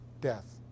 death